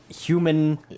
human